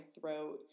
throat